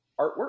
artwork